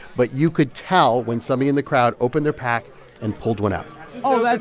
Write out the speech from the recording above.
but you could tell when somebody in the crowd opened their pack and pulled one out oh, that's